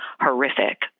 horrific